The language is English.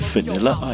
Vanilla